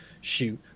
shoot